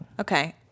Okay